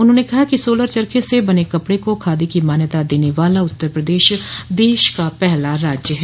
उन्होंने कहा कि सोलर चर्खे से बने कपड़े को खादी की मान्यता देने वाला उत्तर प्रदेश देश का पहला राज्य है